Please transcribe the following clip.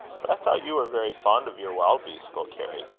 but i thought you were very fond of your wild-beast book, harry.